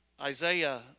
Isaiah